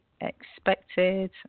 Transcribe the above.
expected